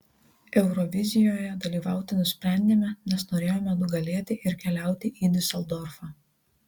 eurovizijoje dalyvauti nusprendėme nes norėjome nugalėti ir keliauti į diuseldorfą